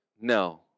No